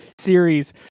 series